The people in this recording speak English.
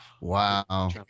Wow